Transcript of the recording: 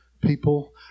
people